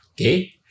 Okay